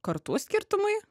kartų skirtumai